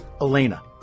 Elena